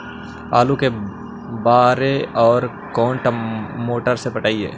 आलू के बार और कोन मोटर से पटइबै?